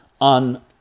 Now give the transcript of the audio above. on